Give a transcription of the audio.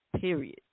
period